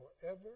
forever